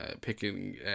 picking